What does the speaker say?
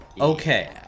Okay